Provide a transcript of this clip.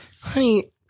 Honey